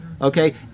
okay